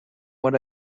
what